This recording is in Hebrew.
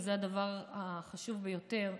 שזה הדבר החשוב ביותר,